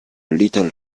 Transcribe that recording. little